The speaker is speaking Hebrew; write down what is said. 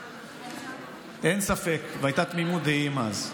לא נכון איך שהצעתם את זה.